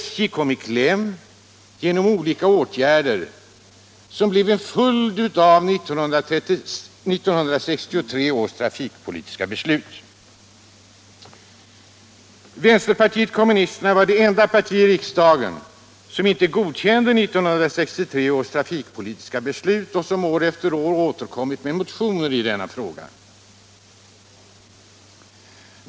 SJ kom i kläm genom olika åtgärder som blev en följd av 1963 års trafikpolitiska beslut. Vänsterpartiet kommunisterna var det enda parti i riksdagen som inte godkände 1963 års trafikpolitiska beslut och som år efter år återkom med motioner i denna fråga.